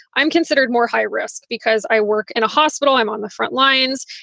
i'm considered more high risk because i work in a hospital, i'm on the front lines.